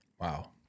wow